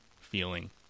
feeling